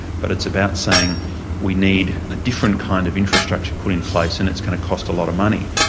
but it's about saying we need a different kind of infrastructure put in place and it's going to cost a lot of money.